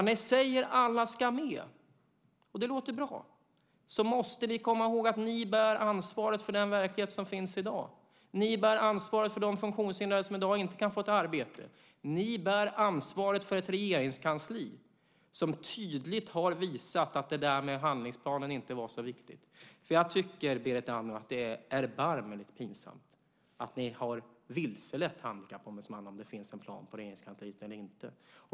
När ni säger att alla ska med - och det låter bra - måste ni komma ihåg att ni bär ansvaret för den verklighet som finns i dag. Ni bär ansvaret för de funktionshindrade som i dag inte kan få ett arbete. Ni bär ansvaret för ett regeringskansli som tydligt har visat att det inte var så viktigt med handlingsplanen. Jag tycker, Berit Andnor, att det är erbarmligt pinsamt att ni har vilselett Handikappombudsmannen när det gäller om det finns en plan på Regeringskansliet eller inte.